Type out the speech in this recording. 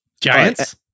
Giants